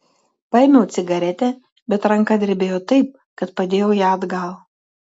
paėmiau cigaretę bet ranka drebėjo taip kad padėjau ją atgal